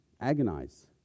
agonize